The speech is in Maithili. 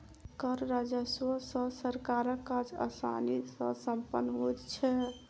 कर राजस्व सॅ सरकारक काज आसानी सॅ सम्पन्न होइत छै